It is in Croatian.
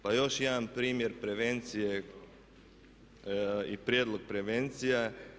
Pa još jedan primjer prevencije i prijedlog prevencije.